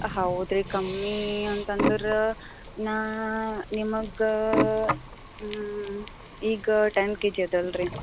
ಹೌದು ರೀ ಕಮ್ಮಿ ಅಂತಂದ್ರೆ ನಾನು ನಿಮಗೆ ಈಗ ಟೆನ್ ಕೆ ಜಿ ಅದೆ ಅಲ್ಲ ರೀ